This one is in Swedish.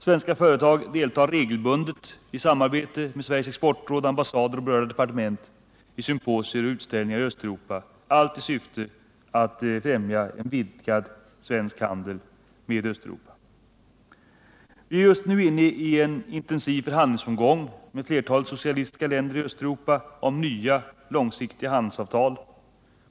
Svenska företag deltar regelbundet, i samarbete med Sveriges exportråd, ambassader och berörda departement, vid symposier och utställningar i Östeuropa, allt i syfte att främja en vidgad svensk handel med Östeuropa. Vi är just nu inne i en intensiv förhandlingsomgång med flertalet socialistiska länder i Östeuropa om nya långsiktiga handelsavtal.